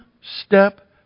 step